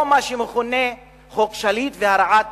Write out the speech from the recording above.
או מה שמכונה "חוק שליט והרעת